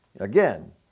again